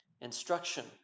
instruction